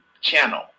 channel